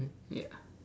yeah